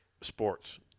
sports